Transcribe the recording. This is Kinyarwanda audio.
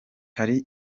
hari